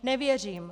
Nevěřím.